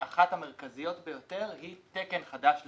ואחת המרכזיות ביותר היא תקן חדש לפיגומים,